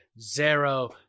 Zero